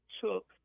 took